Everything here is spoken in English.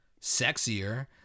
sexier